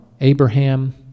Abraham